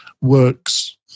works